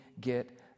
get